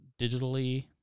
digitally